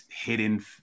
hidden